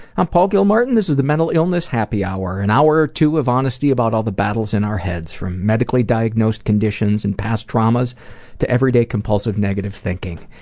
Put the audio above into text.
i'm paul gilmartin, this is the mental illness happy hour, an hour or two of honesty about all the battles in our heads, from medically diagnosed conditions and past traumas to everyday compulsive negative thinking.